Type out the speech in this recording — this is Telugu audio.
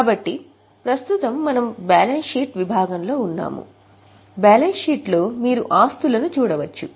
కాబట్టి ప్రస్తుతం మనము బ్యాలెన్స్ షీట్ విభాగంలో ఉన్నాము బ్యాలెన్స్ షీట్లో మీరు ఆస్తులను చూడవచ్చు